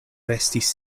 restis